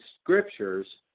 scriptures